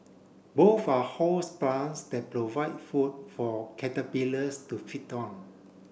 both are host plants that provide food for caterpillars to feed on